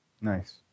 Nice